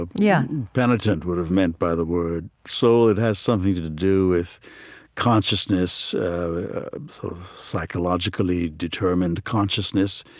ah yeah penitent would've meant by the word. soul it has something to do with consciousness, a sort of psychologically determined consciousness.